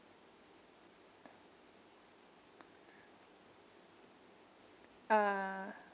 ah